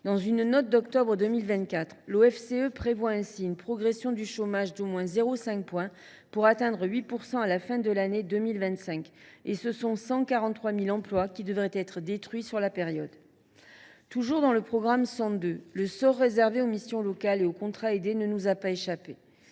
Dans une note du mois d’octobre 2024, l’OFCE prévoit ainsi que le chômage progresse d’au moins 0,5 point pour atteindre 8 % à la fin de l’année 2025. Ce sont 143 000 emplois qui devraient être détruits au cours de cette période. Toujours au titre du programme 102, le sort réservé aux missions locales et aux contrats aidés ne nous a pas échappé.